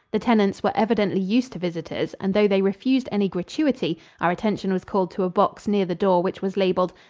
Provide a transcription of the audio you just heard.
the tenants were evidently used to visitors, and though they refused any gratuity, our attention was called to a box near the door which was labeled,